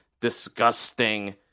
disgusting